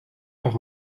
par